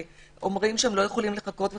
ואומרים שלא יכולים לחכות וכדומה,